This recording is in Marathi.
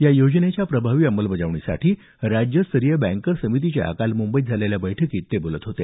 या योजनेच्या प्रभावी अंमलबजावणीसाठी राज्यस्तरीय बँकर्स समितीच्या काल मुंबईत झालेल्या बैठकीत ते बोलत होते